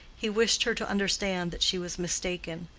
he wished her to understand that she was mistaken.